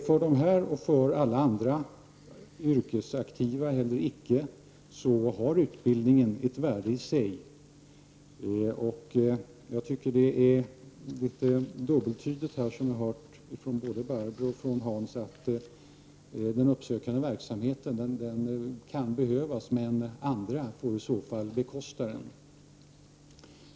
För dessa människor och för alla andra yrkesaktiva eller icke yrkesaktiva har utbildningen ett värde i sig. Jag tycker att det är litet dubbeltydigt att som både Barbro Sandberg och Hans Dau säga att den uppsökande verksamheten kan behövas men att andra i sådana fall får bekosta den.